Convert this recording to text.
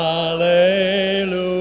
Hallelujah